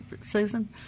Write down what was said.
Susan